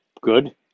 good